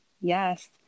yes